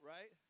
Right